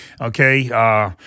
okay